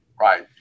right